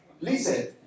Listen